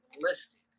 listed